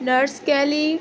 nurse kelly